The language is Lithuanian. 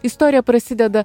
istorija prasideda